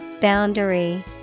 Boundary